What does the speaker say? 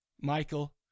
Michael